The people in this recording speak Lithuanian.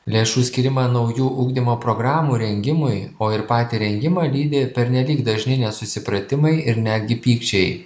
lėšų skyrimą naujų ugdymo programų rengimui o ir patį rengimą lydi pernelyg dažni nesusipratimai ir netgi pykčiai